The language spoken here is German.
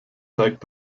zeigt